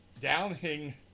Downing